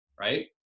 right